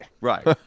Right